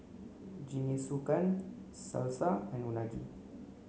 Jingisukan Salsa and Unagi